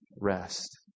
rest